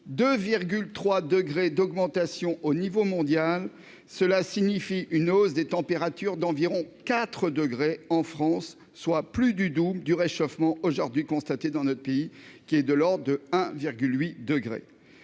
Une telle augmentation à l'échelon mondial signifie une hausse des températures d'environ 4 degrés en France, soit plus du double du réchauffement aujourd'hui constaté dans notre pays, qui se situe autour de 1,8 degré.